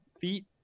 feet